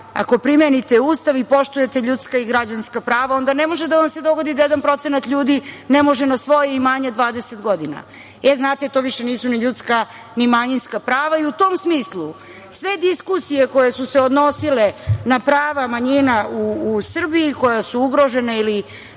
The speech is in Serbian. ako primenite Ustav i poštujete ljudska i građanska prava onda ne može da vas se dogodi da 1% ljudi ne može na svoje imanje 20 godina. Znate, to više nisu ni ljudska ni manjinska prava i u tom smislu sve diskusije koje su se odnosile na prava manjina u Srbiji, koja su ugrožena ili